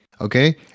okay